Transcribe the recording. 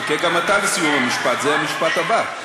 חכה גם אתה לסיום המשפט, זה המשפט הבא.